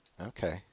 Okay